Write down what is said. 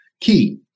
key